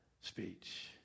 speech